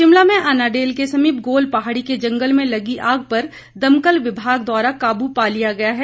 शिमला में अनाडेल के समीप गोल पहाड़ी के जंगल में लगी आग पर दमकल विभाग द्वारा काबू पा लिया गया है